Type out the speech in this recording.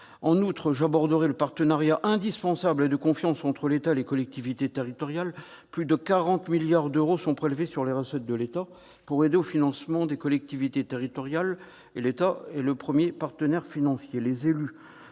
En outre, j'aborderai le partenariat indispensable- et de confiance -entre l'État et les collectivités territoriales. Plus de 40 milliards d'euros sont prélevés sur les recettes de l'État pour aider au financement des collectivités territoriales. L'État est donc le premier partenaire financier des